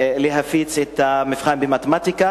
להפיץ את המבחן במתמטיקה.